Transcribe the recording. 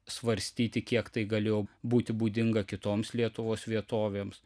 svarstyti kiek tai galėjo būti būdinga kitoms lietuvos vietovėms